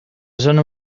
zona